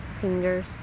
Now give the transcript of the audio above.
fingers